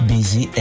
Busy